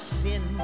sin